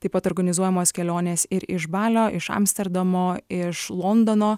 taip pat organizuojamos kelionės ir iš balio iš amsterdamo iš londono